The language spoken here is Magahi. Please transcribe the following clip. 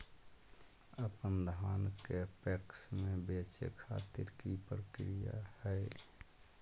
अपन धान के पैक्स मैं बेचे खातिर की प्रक्रिया हय?